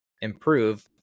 improve